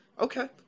Okay